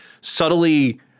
subtly